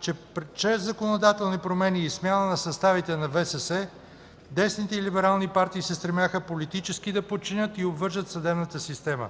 че чрез законодателни промени и смяна на съставите на Висшия съдебен съвет десните и либерални партии се стремяха политически да подчинят и обвържат съдебната система.